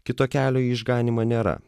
kito kelio į išganymą nėra